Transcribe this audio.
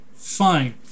Fine